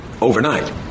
overnight